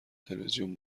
تلویزیون